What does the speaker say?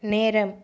நேரம்